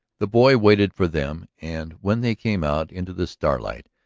the boy waited for them and, when they came out into the starlight,